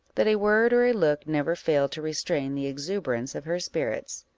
that a word or a look never failed to restrain the exuberance of her spirits.